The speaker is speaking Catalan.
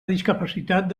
discapacitat